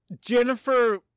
Jennifer